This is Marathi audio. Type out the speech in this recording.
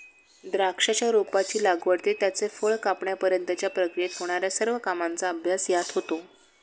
द्राक्षाच्या रोपाची लागवड ते त्याचे फळ कापण्यापर्यंतच्या प्रक्रियेत होणार्या सर्व कामांचा अभ्यास यात होतो